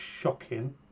shocking